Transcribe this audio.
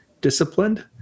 disciplined